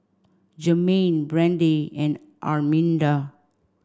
Jermaine Brande and Arminda